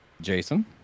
Jason